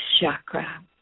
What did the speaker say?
chakra